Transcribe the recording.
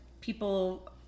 people